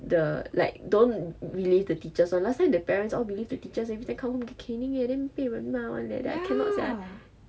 the like don't relay the teachers one last time the parents all believe the teachers every time come home I get caning eh then 被人骂 one leh then I cannot sia